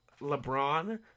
LeBron